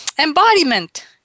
Embodiment